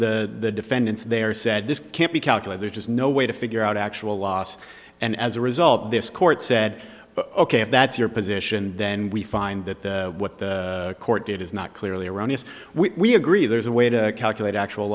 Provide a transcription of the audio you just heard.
case the defendants there said this can't be calculate there's just no way to figure out actual loss and as a result this court said ok if that's your position then we find that what the court did is not clearly erroneous we agree there's a way to calculate actual